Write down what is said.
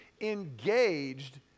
engaged